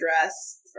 address